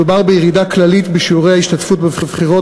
מדובר בירידה כללית בשיעורי ההשתתפות בבחירות,